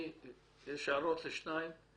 יש הערות לתקנה 2?